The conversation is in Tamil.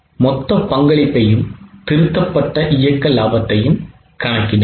எனவே மொத்த பங்களிப்பையும் திருத்தப்பட்ட இயக்க லாபத்தையும் கணக்கிடுங்கள்